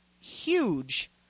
huge